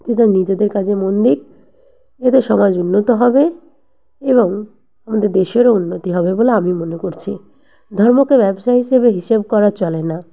যে যার নিজেদের কাজে মন দিক যাতে সমাজ উন্নত হবে এবং আমাদের দেশেরও উন্নতি হবে বলে আমি মনে করছি ধর্মকে ব্যবসা হিসাবে হিসেব করা চলে না